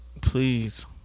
Please